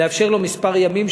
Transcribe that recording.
לאפשר לו כמה ימים,